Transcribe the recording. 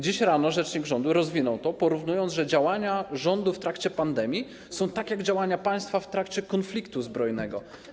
Dziś rano rzecznik rządu rozwinął to, mówiąc, że działania rządu w trakcie pandemii są takie jak działania państwa w trakcie konfliktu zbrojnego.